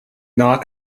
not